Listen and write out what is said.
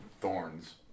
thorns